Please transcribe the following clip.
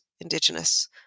Indigenous